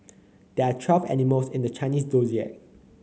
there are twelve animals in the Chinese Zodiac